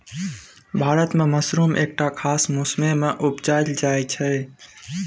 भारत मे मसरुम एकटा खास मौसमे मे उपजाएल जाइ छै